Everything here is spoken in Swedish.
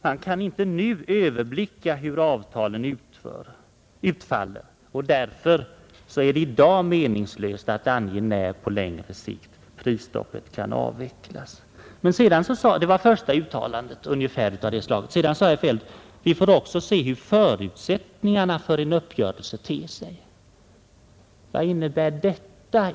Han kan inte nu överblicka hur avtalen utfaller och därför är det i dag meningslöst att långt i förväg ange när prisstoppet kan avvecklas. Ungefär så löd det första uttalandet. Men sedan sade herr Feldt: Vi får också se hur förutsättningarna för en uppgörelse ter sig. Vad innebär det?